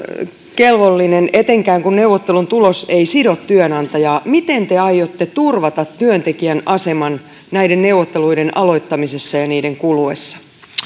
kelvollinen etenkään kun neuvottelun tulos ei sido työnantajaa miten te aiotte turvata työntekijän aseman näiden neuvotteluiden aloittamisessa ja niiden kuluessa